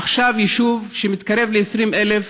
עכשיו, ביישוב שמתקרב ל-20,000,